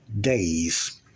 days